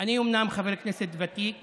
אני אומנם חבר כנסת ותיק